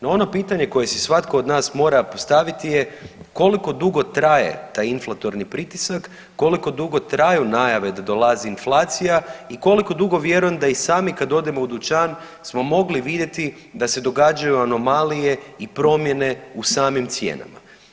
No ono pitanje koje si svatko od nas mora postaviti je koliko dugo traje taj inflatorni pritisak, koliko dugo traju najave da dolazi inflacija i koliko dugo vjerujem da i sami kad odemo u dućan smo mogli vidjeti da se događaju anomalije i promjene u samim cijenama.